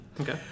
Okay